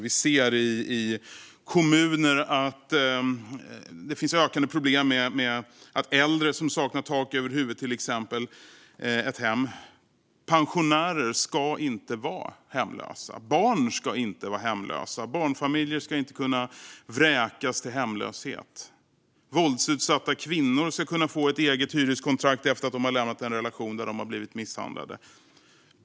Vi ser ökande problem i kommunerna med äldre som saknar tak över huvudet och ett hem. Pensionärer ska inte vara hemlösa. Barn ska inte vara hemlösa. Barnfamiljer ska inte kunna vräkas till hemlöshet. Våldsutsatta kvinnor ska kunna få ett eget hyreskontrakt efter att de har lämnat den relation där de har blivit misshandlade.